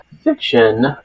fiction